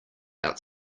out